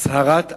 הצהרת האו"ם,